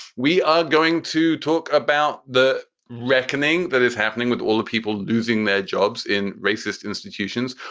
we are going to talk about the reckoning that is happening with all the people losing their jobs in racist institutions.